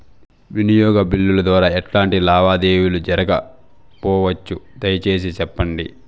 వినియోగ బిల్లుల ద్వారా ఎట్లాంటి లావాదేవీలు జరపొచ్చు, దయసేసి సెప్పండి?